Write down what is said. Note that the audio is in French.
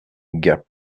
gap